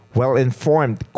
well-informed